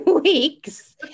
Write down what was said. weeks